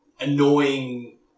annoying